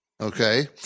okay